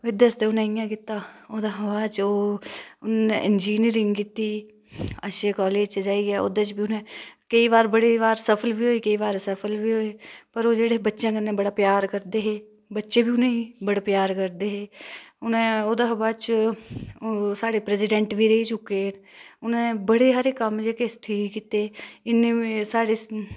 विद्या आस्तै उनै इयां कीता ओह्दै छा बाद उनै इंजनिरियंग कीती अच्छे कॉलेज च जाइयै ओह्दै च बी उनें केईं बारी सफल बी होए ते असफल बी होए पर ओह् बच्चे कन्नै बड़ा प्यार करदे हे बच्चे बी उनै गी बड़ा प्यार करदे हे उनै ओह्दै छा बाद ओह् साढै प्रैज़िडैंट बी रेही चुके दे उने बड़े सारे कम्म ठीक कीते दे इन्नै साढ़ै सारे